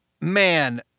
man